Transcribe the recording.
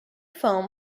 foam